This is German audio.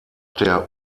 der